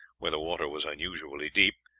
where the water was unusually deep,